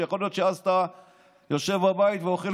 יכול להיות שאז אתה יושב בבית ואוכל